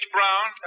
Brown